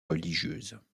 religieuses